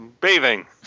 bathing